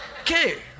okay